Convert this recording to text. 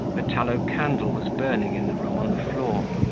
a tallow candle was burning in the room on the floor,